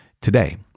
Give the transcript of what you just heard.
today